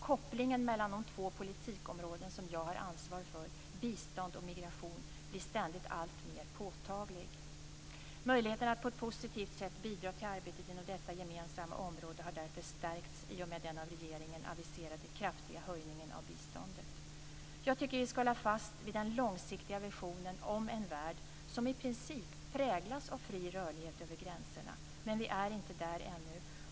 Kopplingen mellan de två politikområden som jag har ansvar för - bistånd och migration - blir ständigt alltmer påtaglig. Möjligheterna att på ett positivt sätt bidra till arbetet inom detta gemensamma område har därför stärkts i och med den av regeringen aviserade kraftiga höjningen av biståndet. Jag tycker att vi ska hålla fast vid den långsiktiga visionen om en värld som i princip präglas av fri rörlighet över gränserna. Men vi är inte där ännu.